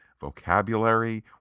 vocabulary